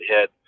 hit